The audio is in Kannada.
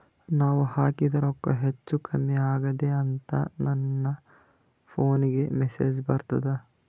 ನಾವ ಹಾಕಿದ ರೊಕ್ಕ ಹೆಚ್ಚು, ಕಮ್ಮಿ ಆಗೆದ ಅಂತ ನನ ಫೋನಿಗ ಮೆಸೇಜ್ ಬರ್ತದ?